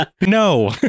No